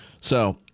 So-